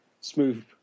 smooth